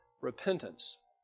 repentance